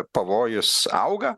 pavojus auga